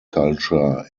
culture